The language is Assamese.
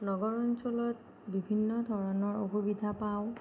নগৰ অঞ্চলত বিভিন্ন ধৰণৰ অসুবিধা পাওঁ